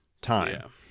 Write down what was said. time